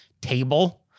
table